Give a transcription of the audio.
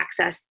access